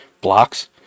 Blocks